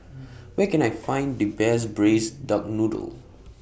Where Can I Find The Best Braised Duck Noodle